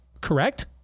Correct